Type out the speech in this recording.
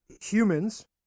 humans